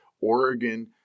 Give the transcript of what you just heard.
Oregon